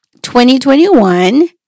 2021